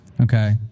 Okay